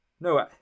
No